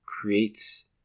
creates